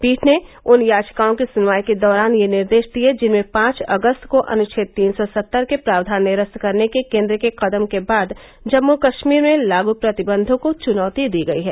पीठ ने उन याचिकाओं की सुनवाई के दौरान ये निर्देश दिए जिनमें पांच अगस्त को अनुछेद तीन सौ सत्तर के प्रावधान निरस्त करने के केन्द्र के कदम के बाद जम्मू कश्मीर में लागू प्रतिबंधों को चुनौती दी गई है